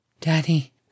Daddy